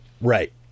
Right